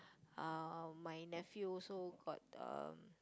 uh my nephew also got um